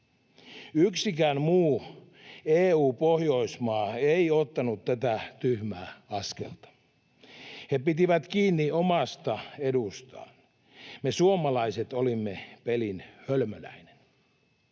Yksikään muu EU-Pohjoismaa ei ottanut tätä tyhmää askelta. He pitivät kiinni omasta edustaan. Me suomalaiset olimme pelin hölmöläinen.